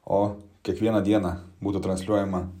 o kiekvieną dieną būtų transliuojama